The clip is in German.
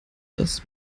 dass